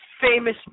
famous